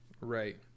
Right